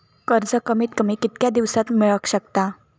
कर्ज कमीत कमी कितक्या दिवसात मेलक शकता?